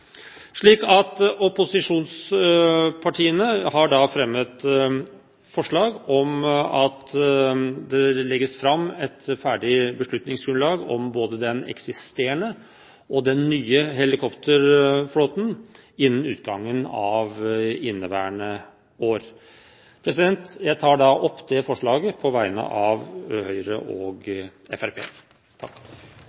legges fram et ferdig beslutningsgrunnlag om både den eksisterende og den nye helikopterflåten. Jeg tar opp det forslaget som Høyre og Fremskrittspartiet har i innstillingen. Representanten Anders B. Werp har tatt opp det forslaget